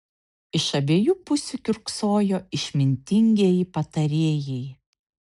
iš abiejų pusių kiurksojo išmintingieji patarėjai